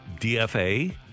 DFA